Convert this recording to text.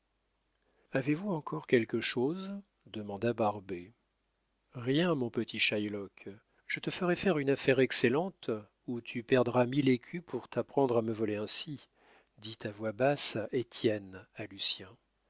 avez-vous encore quelque chose demanda barbet rien mon petit shylock je te ferai faire une affaire excellente où tu perdras mille écus pour t'apprendre à me voler ainsi dit à voix basse étienne